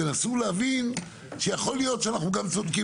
תנסו להבין שיכול להיות שאנחנו גם צודקים